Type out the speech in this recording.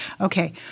okay